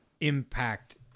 impact